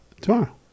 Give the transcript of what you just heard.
Tomorrow